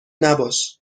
نباش